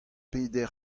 peder